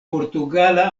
portugala